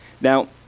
Now